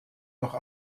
noch